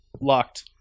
Locked